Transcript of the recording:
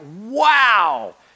Wow